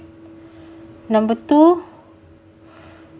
number two